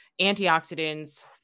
antioxidants